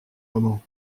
moment